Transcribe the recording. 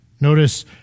Notice